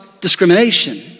discrimination